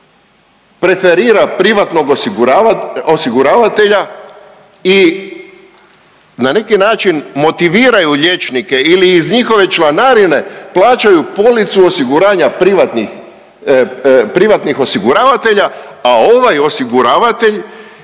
preferira privatnog osiguravatelja i na neki način motiviraju liječnike ili iz njihove članarine plaćaju policu osiguranja privatnih, privatnih osiguravatelja, a ovaj osiguravatelj